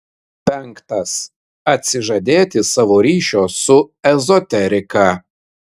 penktas atsižadėti savo ryšio su ezoterika